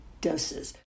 doses